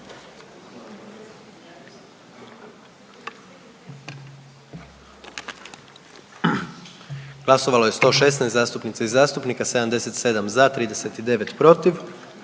glasovalo 87 zastupnica i zastupnika, 76 za, 11 protiv